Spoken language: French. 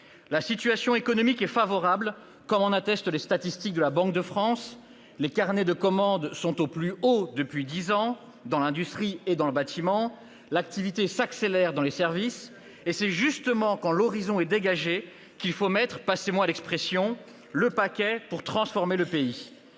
La situation économique est favorable, comme le montrent les statistiques de la Banque de France : les carnets de commandes sont au plus haut depuis dix ans dans l'industrie et dans le bâtiment ; l'activité s'accélère dans les services. Or c'est justement quand l'horizon est dégagé qu'il faut, passez-moi l'expression, mettre le paquet pour transformer le pays.